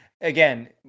Again